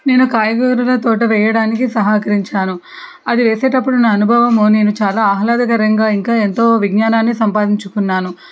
నేను కాయగూరల తోట వేయడానికి సహకరించాను అది వేసేటప్పుడు నా అనుభవము నేను చాలా ఆహ్లాదకరంగా ఇంకా ఎంతో విజ్ఞానాన్ని సంపాదించుకున్నాను